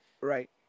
Right